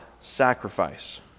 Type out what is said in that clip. sacrifice